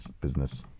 business